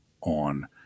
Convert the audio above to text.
on